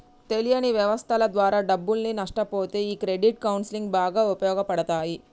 తెలియని వ్యవస్థల ద్వారా డబ్బుల్ని నష్టపొతే ఈ క్రెడిట్ కౌన్సిలింగ్ బాగా ఉపయోగపడతాయి